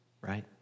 right